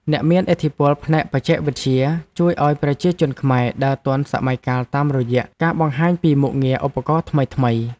អ្នកមានឥទ្ធិពលផ្នែកបច្ចេកវិទ្យាបានជួយឱ្យប្រជាជនខ្មែរដើរទាន់សម័យកាលតាមរយៈការបង្ហាញពីមុខងារឧបករណ៍ថ្មីៗ។